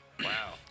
Wow